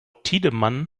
tiedemann